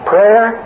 Prayer